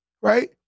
right